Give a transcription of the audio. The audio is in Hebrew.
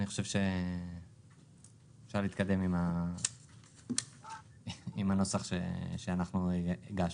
אני חושב שאפשר להתקדם עם הנוסח שאנחנו הגשנו.